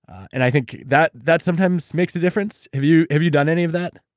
and i think, that that sometimes makes a difference, have you have you done any of that?